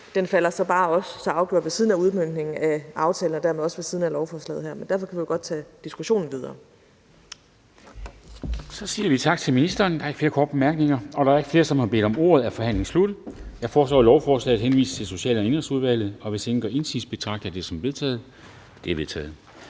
Den falder bare også så afgjort ved siden af udmøntningen af aftalen og dermed også ved siden af lovforslaget her, men derfor kan vi godt tage diskussionen videre. Kl. 20:19 Formanden (Henrik Dam Kristensen): Så siger vi tak til ministeren. Der er ikke flere korte bemærkninger. Da der er ikke flere, som har bedt om ordet, er forhandlingen sluttet. Jeg foreslår, at lovforslaget henvises til Social- og Indenrigsudvalget. Hvis ingen gør indsigelse, betragter jeg dette som vedtaget. Det er vedtaget.